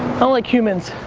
like humans.